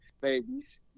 babies